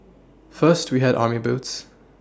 first we had army boots